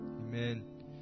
Amen